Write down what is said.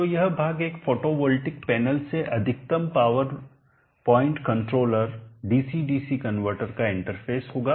तो यह भाग एक फोटोवोल्टिक पैनल से अधिकतम power point controller DC DC converter का इंटरफ़ेस होगा